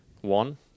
One